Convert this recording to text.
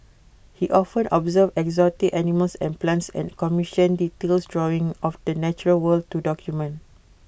he often observed exotic animals and plants and commissioned detailed drawings of the natural world to document